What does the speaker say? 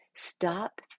Stop